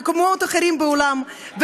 למקומות אחרים בעולם,